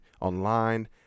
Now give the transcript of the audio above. online